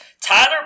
tyler